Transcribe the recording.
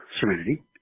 Serenity